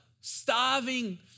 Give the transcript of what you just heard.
starving